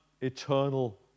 eternal